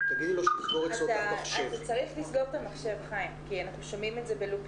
איך אנחנו היום כבר חוזרים להפעיל חינוך מיוחד.